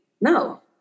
no